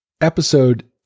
episode